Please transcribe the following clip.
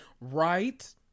right